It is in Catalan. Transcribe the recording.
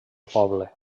poble